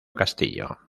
castillo